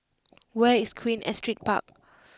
where is Queen Astrid Park